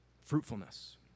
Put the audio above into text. Fruitfulness